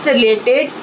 related